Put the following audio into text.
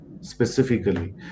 specifically